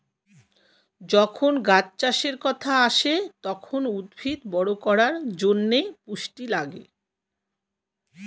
যখন গাছ চাষের কথা আসে, তখন উদ্ভিদ বড় করার জন্যে পুষ্টি লাগে